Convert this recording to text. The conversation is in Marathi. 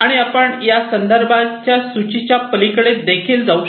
आणि आपण या संदर्भांच्या सूचीच्या पलीकडे जाऊ शकता